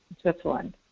Switzerland